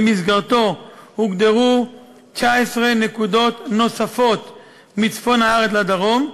אשר במסגרתו הוגדרו 19 נקודות נוספות מצפון הארץ לדרום,